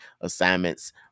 assignments